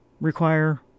require